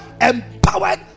empowered